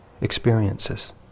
experiences